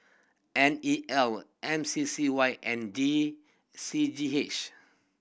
N E L M C C Y and D C G H